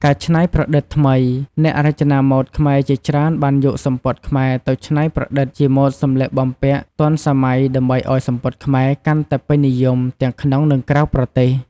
ការច្នៃប្រឌិតថ្មី អ្នករចនាម៉ូដខ្មែរជាច្រើនបានយកសំពត់ខ្មែរទៅច្នៃប្រឌិតជាម៉ូដសម្លៀកបំពាក់ទាន់សម័យដើម្បីឲ្យសំពត់ខ្មែរកាន់តែពេញនិយមទាំងក្នុងនិងក្រៅប្រទេស។